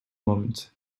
moment